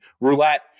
roulette